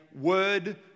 word